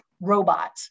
robot